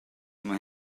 mae